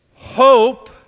hope